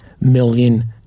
million